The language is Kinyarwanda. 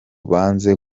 banze